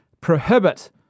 prohibit